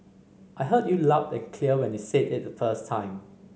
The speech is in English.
I heard you loud and clear when you said it the first time